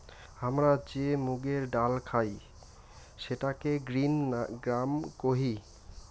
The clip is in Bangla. হামরা যে মুগের ডাল খাই সেটাকে গ্রিন গ্রাম কোহি